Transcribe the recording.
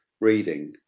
reading